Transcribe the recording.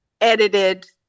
edited